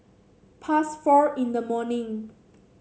past four in the morning